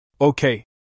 Okay